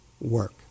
work